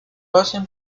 hacen